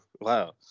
wow